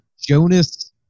Jonas